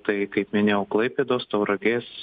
tai kaip minėjau klaipėdos tauragės